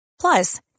Plus